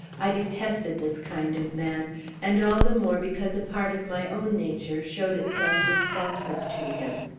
i detested this kind of man and all the more because a part of my own nature showed itself responsive to him.